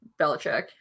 Belichick